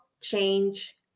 change